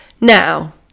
Now